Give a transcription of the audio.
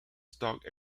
stock